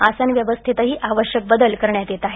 आसन व्यवस्थेतही आवश्यक बदल करण्यात येत आहेत